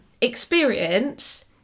Experience